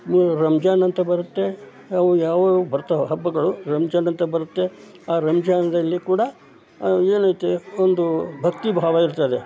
ನೀವು ರಂಜಾನ್ ಅಂತ ಬರುತ್ತೆ ಅವು ಯಾವಾಗ ಬರ್ತಾವ ಹಬ್ಬಗಳು ರಂಜಾನ್ ಅಂತ ಬರುತ್ತೆ ಆ ರಂಜಾನ್ದಲ್ಲಿ ಕೂಡ ಏನೈತೆ ಒಂದು ಭಕ್ತಿ ಭಾವ ಇರ್ತದೆ